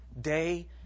day